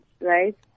right